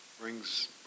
brings